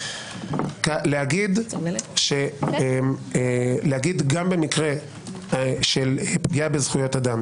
להגיד גם במקרה של זכויות אדם